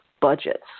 budgets